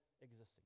existing